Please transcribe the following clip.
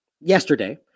yesterday